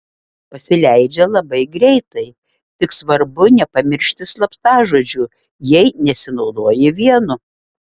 pasileidžia labai greitai tik svarbu nepamiršti slaptažodžių jei nesinaudoji vienu